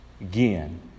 again